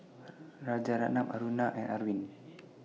Rajaratnam Aruna and Arvind